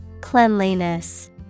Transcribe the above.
Cleanliness